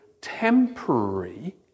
temporary